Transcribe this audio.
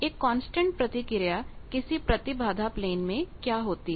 एक कांस्टेंट प्रतिक्रिया किसी प्रतिबाधा प्लेन में क्या होती है